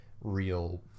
real